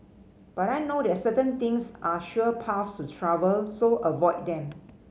but I know that certain things are sure paths to trouble so avoid them